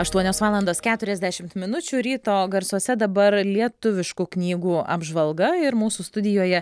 aštuonios valandos keturiasdešimt minučių ryto garsuose dabar lietuviškų knygų apžvalga ir mūsų studijoje